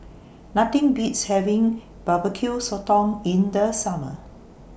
Nothing Beats having Barbecue Sotong in The Summer